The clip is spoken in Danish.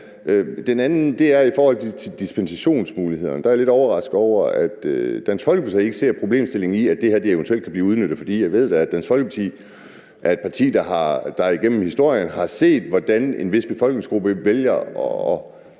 spørgsmål er i forhold til dispensationsmulighederne. Der er jeg lidt overrasket over, at Dansk Folkeparti ikke ser en problemstilling i, at det her eventuelt kan blive udnyttet. For jeg ved da, at Dansk Folkeparti er et parti, der igennem historien har set, hvordan en vis befolkningsgruppe lærer